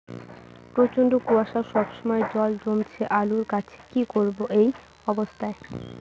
প্রচন্ড কুয়াশা সবসময় জল জমছে আলুর গাছে কি করব এই অবস্থায়?